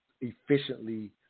Efficiently